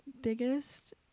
biggest